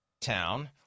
town